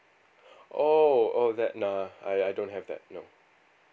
oh oh that nah I I don't have that no